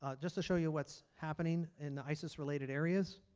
ah just to show you what's happening in the isis related areas,